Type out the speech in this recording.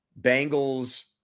Bengals